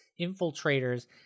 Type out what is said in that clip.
infiltrators